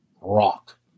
rock